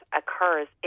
occurs